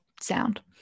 sound